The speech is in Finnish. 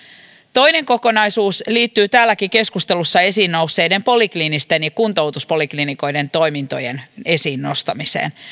toinen kokonaisuus liittyy täälläkin keskustelussa esiin nousseiden polikliinisten ja kuntoutuspoliklinikoiden toimintojen esiin nostamiseen